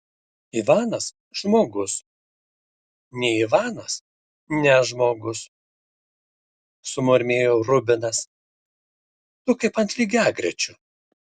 ivanas žmogus ne ivanas ne žmogus sumurmėjo rubinas tu kaip ant lygiagrečių